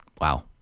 Wow